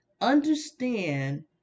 understand